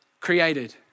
Created